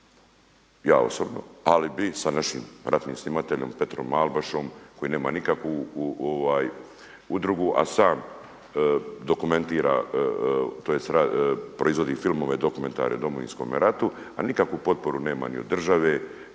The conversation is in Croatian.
ja osobno, ali bi sa našim ratnim snimateljom Petrom Malbašom koji nema nikakvu udrugu, a sam dokumentira tj. proizvodi filmove dokumentarne o Domovinskome ratu, a nikakvu potporu nema ni od države,